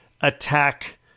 attack